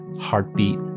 heartbeat